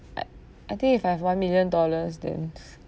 I I think if I have one million dollars then